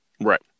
right